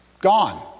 Gone